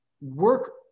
work